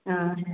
हा